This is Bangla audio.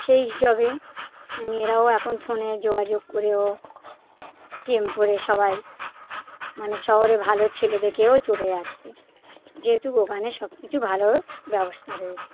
সেই হিসাবে মেয়েরাও এখন ফোনে যোগাযোগ করেও প্রেম করে সবাই মানে শহরে ভালো ছেলে দেকেও চলে যযাচ্ছে যেহেতু ওখানে সব কিছু ভালো ব্যবস্থা রয়েছে